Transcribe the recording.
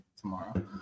tomorrow